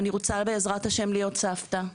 אני רוצה בעזרת השם להיות סבתא,